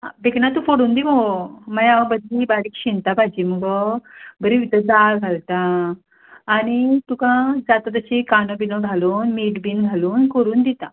आं भिकणां तूं फोडून दी मगो मागीर हांव बरी बारीक शिंता भाजी मुगो बरी भितर दाळ घालता आनी तुका जाता तशी कानो बिनो घालून मीठ बी घालून करून दिता